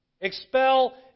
Expel